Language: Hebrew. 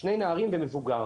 שני נערים ומבוגר.